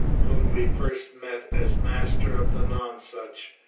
whom we first met as master of the nonsuch,